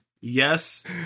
Yes